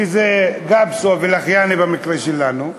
שזה גפסו ולחיאני במקרה שלנו,